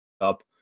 up